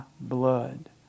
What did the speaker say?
blood